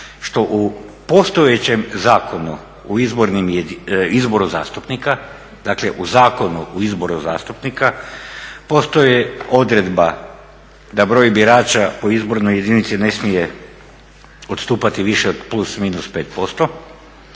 što u postojećem Zakonu o izbornim, izboru zastupnika, dakle u Zakonu o izboru zastupnika postoji odredba da broj birača po izbornoj jedinici ne smije odstupati više od plus, minus 5% a